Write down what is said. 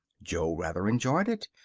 jo rather enjoyed it,